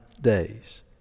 days